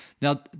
Now